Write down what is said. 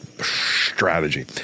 strategy